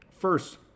First